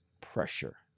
pressure